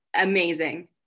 amazing